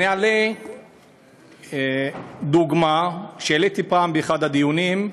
אני אעלה דוגמה שהעליתי פעם, באחד הדיונים,